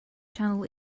channel